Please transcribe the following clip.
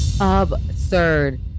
Absurd